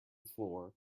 floor